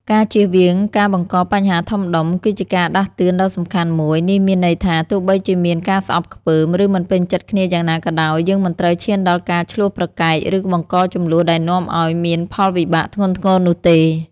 ការជៀសវាងការបង្កបញ្ហាធំដុំ គឺជាការដាស់តឿនដ៏សំខាន់មួយ នេះមានន័យថា ទោះបីជាមានការស្អប់ខ្ពើម ឬមិនពេញចិត្តគ្នាយ៉ាងណាក៏ដោយ យើងមិនត្រូវឈានដល់ការឈ្លោះប្រកែក ឬបង្កជម្លោះដែលនាំឲ្យមានផលវិបាកធ្ងន់ធ្ងរនោះទេ។